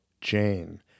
Jane